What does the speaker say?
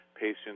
patients